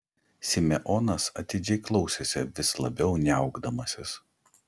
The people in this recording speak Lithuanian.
simeonas atidžiai klausėsi vis labiau niaukdamasis